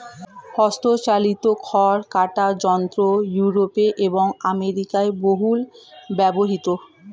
হস্তচালিত খড় কাটা যন্ত্র ইউরোপে এবং আমেরিকায় বহুল ব্যবহৃত